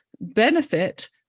benefit